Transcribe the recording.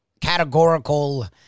categorical